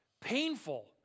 painful